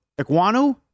Iguanu